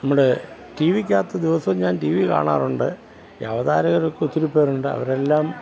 നമ്മുടെ ടി വിക്കകത്ത് ദിവസോം ഞാൻ ടി വി കാണാറുണ്ട് ഈ അവതാരകരൊക്കെ ഒത്തിരി പേരുണ്ട് അവരെല്ലാം